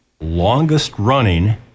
longest-running